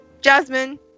Jasmine